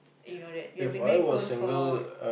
you know that you've been very close for